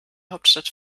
hauptstadt